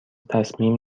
تصمیم